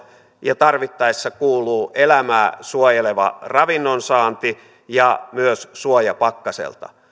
ja tarvittaessa kuuluu elämää suojeleva ravinnonsaanti ja myös suoja pakkaselta